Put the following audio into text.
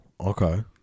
Okay